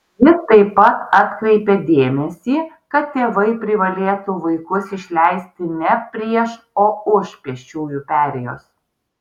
ji taip pat atkreipė dėmesį kad tėvai privalėtų vaikus išleisti ne prieš o už pėsčiųjų perėjos